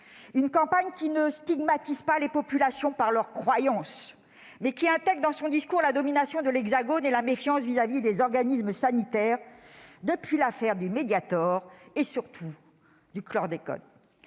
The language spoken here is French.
une campagne qui ne stigmatise pas les populations pour leurs croyances, mais qui intègre clans son discours la domination de l'Hexagone et la méfiance à l'égard des organismes sanitaires perceptible depuis l'affaire du Mediator et, surtout, du chlordécone.